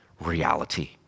reality